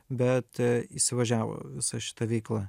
bet įsivažiavo visa šita veikla